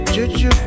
Juju